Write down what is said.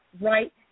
right